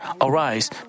arise